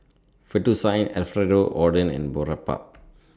Fettuccine Alfredo Oden and Boribap